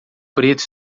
preto